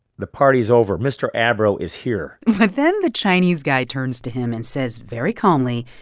the party's over. mr. abro is here but then the chinese guy turns to him and says very calmly,